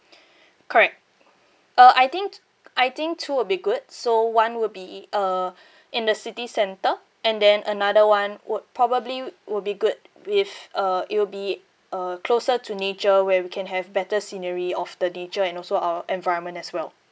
correct uh I think I think two would be good so one would be uh in the city centre and then another [one] would probably would be good with uh it will be uh closer to nature where we can have better scenery of the nature and also our environment as well